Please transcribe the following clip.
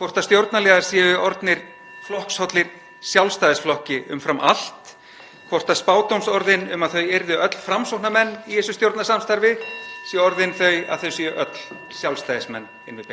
orðnir (Forseti hringir.) flokkshollir Sjálfstæðisflokki umfram allt, hvort spádómsorðin um að þau yrðu öll Framsóknarmenn í þessu stjórnarsamstarfi séu orðin að því að þau séu öll Sjálfstæðismenn inn við